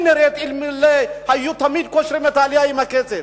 נראית אם תמיד היו קושרים את העלייה עם הכסף.